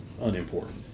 unimportant